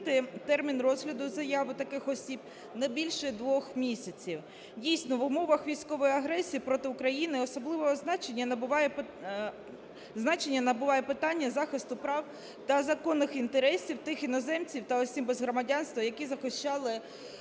ще і встановити термін розгляду заяви таких осіб не більше двох місяців. Дійсно, в умовах військової агресії проти України особливого значення набуває питання захисту прав та законних інтересів тих іноземців та осіб без громадянства, які захищали Україну із